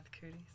cooties